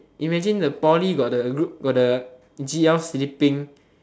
imagine the poly got the group got the g_l sleeping